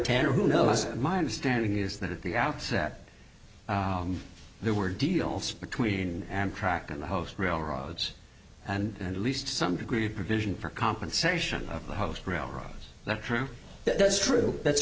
ten or who knows my understanding is that at the outset there were deals between amtrak and the host railroads and least to some degree provision for compensation of the host railroads that does true that's true